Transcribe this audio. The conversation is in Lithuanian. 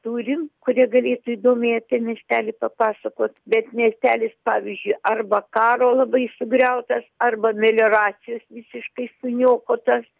turim kurie galėtų įdomiai apie miestelį papasakot bet miestelis pavyzdžiui arba karo labai sugriautas arba melioracijos visiškai suniokotas